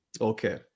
Okay